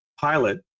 pilot